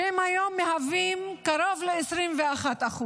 שהם היום מהווים קרוב ל-21%.